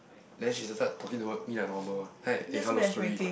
then she started talking toward me like normal one hi eh hello sorry